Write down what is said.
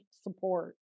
support